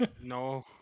no